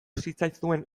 zitzaizuen